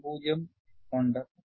0 ഉം ഉണ്ട്